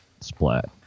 splat